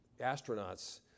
astronauts